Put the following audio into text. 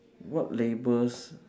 what labels